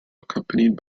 accompanied